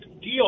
deal